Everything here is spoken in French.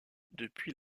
depuis